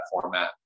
format